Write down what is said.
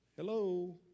hello